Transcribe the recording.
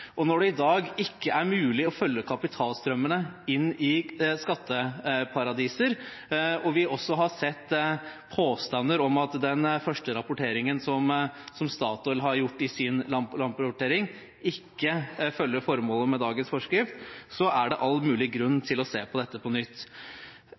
selskapene. Når det i dag ikke er mulig å følge kapitalstrømmene inn i skatteparadiser, og vi også har sett påstander om at den første land-for-land-rapporteringen som Statoil har kommet med, ikke følger formålet med dagens forskrift, er det all mulig grunn til å se på dette på nytt.